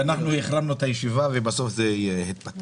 אנחנו החרמנו את הישיבה, ובסוף זה התבטל.